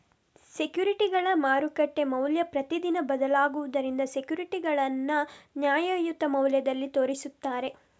ಸೆಕ್ಯೂರಿಟಿಗಳ ಮಾರುಕಟ್ಟೆ ಮೌಲ್ಯ ಪ್ರತಿದಿನ ಬದಲಾಗುದರಿಂದ ಸೆಕ್ಯೂರಿಟಿಗಳನ್ನ ನ್ಯಾಯಯುತ ಮೌಲ್ಯದಲ್ಲಿ ತೋರಿಸ್ತಾರೆ